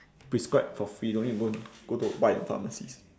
prescribe for free don't need go go to buy in pharmacies